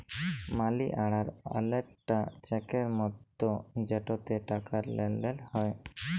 মালি order অলেকটা চ্যাকের মতো যেটতে টাকার লেলদেল হ্যয়